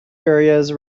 areas